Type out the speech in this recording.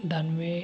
Danve